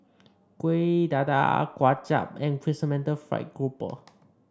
Kuih Dadar Kuay Chap and Chrysanthemum Fried Grouper